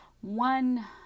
one